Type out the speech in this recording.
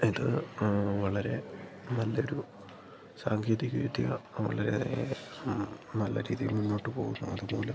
ഇത് ആ വളരെ നല്ലൊരു സാങ്കേതിക വിദ്യ വളരേ നല്ല രീതിയിൽ മുന്നോട്ട് പോകുന്നു അതു മൂലം